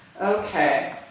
Okay